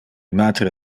matre